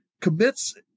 commits